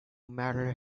matter